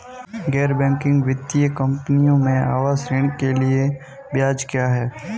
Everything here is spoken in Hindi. गैर बैंकिंग वित्तीय कंपनियों में आवास ऋण के लिए ब्याज क्या है?